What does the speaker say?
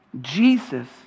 Jesus